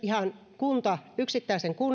ihan yksittäisen